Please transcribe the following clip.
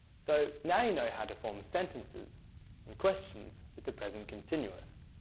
so now you know how to form sentences and questions with the present continuous.